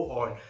on